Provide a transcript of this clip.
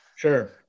Sure